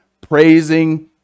praising